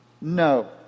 no